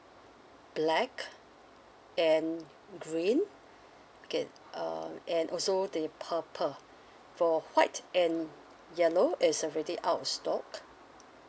black and green okay um and also the purple for white and yellow it's already out of stock